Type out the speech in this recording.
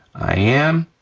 i am,